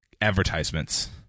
advertisements